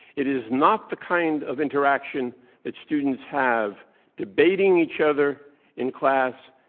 it is not the kind of interaction that students have debating each other in class,